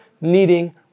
needing